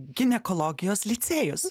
ginekologijos licėjus